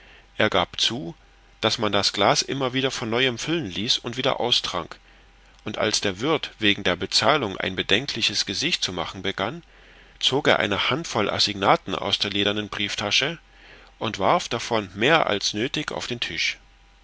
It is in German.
er gab zu daß man das glas immer von neuem füllen ließ und wieder austrank und als der wirth wegen der bezahlung ein bedenkliches gesicht zu machen begann zog er eine handvoll assignaten aus der ledernen brieftasche und warf davon mehr als nöthig auf den tisch